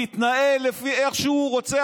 מתנהל לפי איך שהוא רוצה,